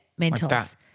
Mentos